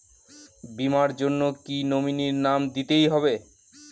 বীমার জন্য কি নমিনীর নাম দিতেই হবে?